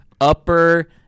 Upper